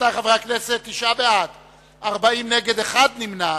עד שיהדות התורה מדברת עם ש"ס אתה רוצה להפריע?